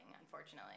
unfortunately